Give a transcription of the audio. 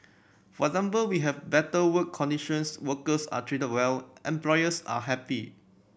for example we have better work conditions workers are treated well employers are happy